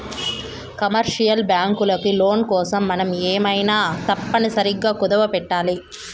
commercial బ్యాంకులకి loan కోసం మనం ఏమైనా తప్పనిసరిగా కుదవపెట్టాలి